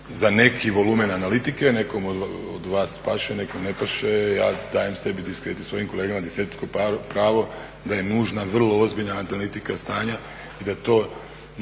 za neki volumen analitike, nekom od vas paše, nekom ne paše, ja dajem sebi i svojim kolegama diskrecijsko pravo da je nužna vrlo ozbiljna analitika stanja i da to